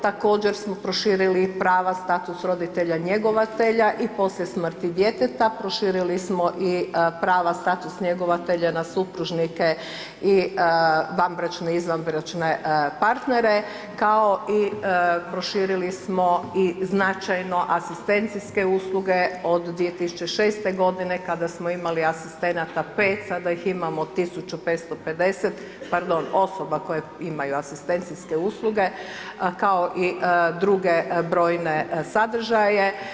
Također smo proširili i prava status roditelja njegovatelja i poslije smrti djeteta, proširili smo i prava status njegovatelja na supružnike i vanbračne i izvanbračne partnere kao i proširili smo i značajno asistencijske usluge od 2006. g. kada smo imali asistenata 5, sada ih imamo 1550, pardon, osoba koje imaju asistencijske usluge kao i druge brojne sadržaje.